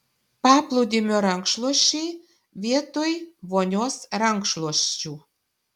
paplūdimio rankšluosčiai vietoj vonios rankšluosčių